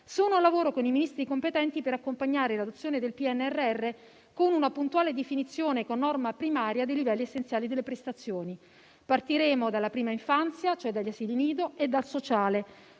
sono al lavoro con i Ministri competenti per accompagnare l'adozione del PNRR con una puntuale definizione con norma primaria dei livelli essenziali delle prestazioni. Partiremo dalla prima infanzia, cioè dagli asili nido, e dal sociale,